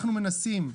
אנחנו מנסים,